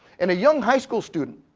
and a young high school student,